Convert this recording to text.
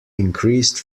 increased